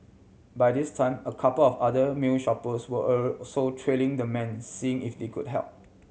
by this time a couple of other male shoppers were also trailing the man seeing if they could help